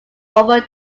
over